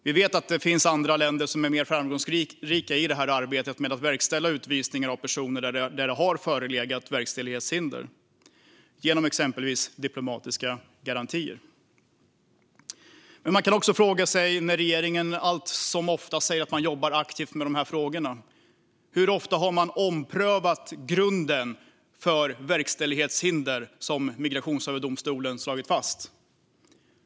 Vi vet att det finns andra länder som är mer framgångsrika i arbetet med att verkställa utvisningar genom exempelvis diplomatiska garantier av personer för vilka det har förelegat verkställighetshinder. När regeringen allt som oftast säger att den jobbar aktivt med dessa frågor kan man fråga hur ofta den har omprövat grunden för verkställighetshinder som Migrationsöverdomstolen har slagit fast.